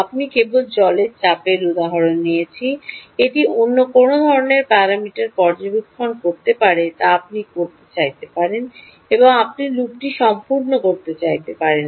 আমি কেবল জলের চাপের উদাহরণ নিয়েছি এটি অন্য কোনও ধরণের প্যারামিটার পর্যবেক্ষণ হতে পারে যা আপনি করতে চাইতে পারেন এবং আপনি লুপটি সম্পূর্ণ করতে চাইতে পারেন